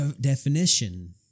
definition